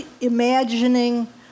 imagining